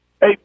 Hey